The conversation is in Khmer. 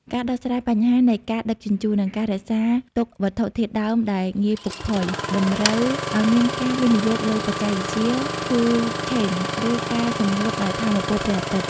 ការដោះស្រាយបញ្ហានៃការដឹកជញ្ជូន និងការរក្សាទុកវត្ថុធាតុដើមដែលងាយពុកផុយ តម្រូវឱ្យមានការវិនិយោគលើបច្ចេកវិទ្យា Cold Chain ឬការសម្ងួតដោយថាមពលព្រះអាទិត្យ។